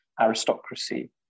aristocracy